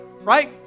right